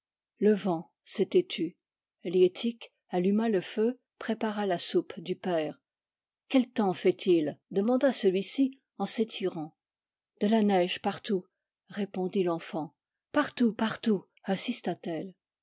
le vent s'était tu liettik alluma le feu prépara la soupe du père quel temps fait-il demanda celui-ci en s'éti rant de la neige partout répondit l'enfant partout partout insista t elle